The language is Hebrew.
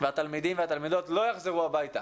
התלמידים והתלמידות לא יחזרו לבית.